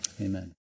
Amen